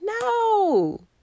No